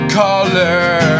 color